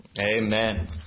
Amen